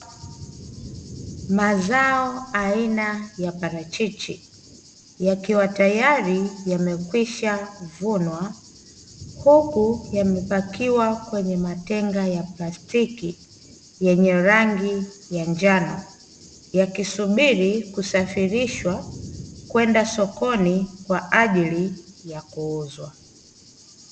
Mazao aina ya parachichi yakiwa tayari yamekwishavunwa, huku yamepakiwa kwenye matenga ya plastiki yenye rangi ya njano, yakisubiri kusafirishwa kwenda sokoni kwa ajili ya kuuzwa.